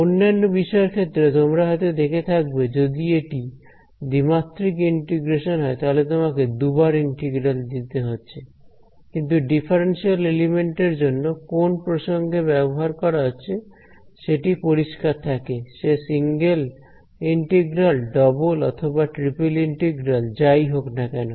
অন্যান্য বিষয় এর ক্ষেত্রে তোমরা হয়তো দেখে থাকবে যদি এটি দ্বিমাত্রিক ইন্টিগ্রেশন হয় তাহলে তোমাকে দুবার ইন্টিগ্রাল দিতে হচ্ছে কিন্তু ডিফারেনশিয়াল এলিমেন্ট এর জন্য কোন প্রসঙ্গে ব্যবহার করা হচ্ছে সেটি পরিষ্কার থাকে সে সিঙ্গেল ইন্টিগ্রাল ডবল অথবা ট্রিপল ইন্টিগ্রাল যাই হোক না কেন